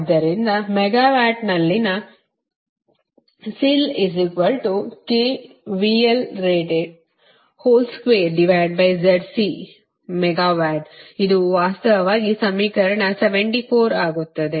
ಆದ್ದರಿಂದ ಮೆಗಾವ್ಯಾಟ್ನಲ್ಲಿನ ಇದು ವಾಸ್ತವವಾಗಿ ಸಮೀಕರಣ 74 ಆಗುತ್ತದೆ